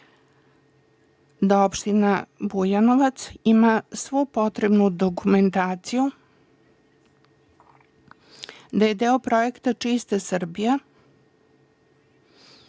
da opština Bujanovac ima svu potrebnu dokumentaciju, da je deo projekta „Čista Srbija“,